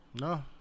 No